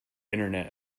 internet